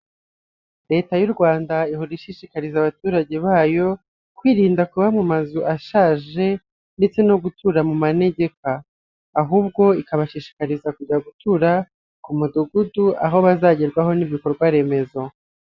Leta y'u Rwanda ihora ishishikariza abaturage bayo kwirinda kuba mu mazu ashaje ndetse no gutura mu manegeka, ahubwo ikabashishikariza kujya gutura ku mudugudu aho bazagerwaho n'ibikorwaremezo.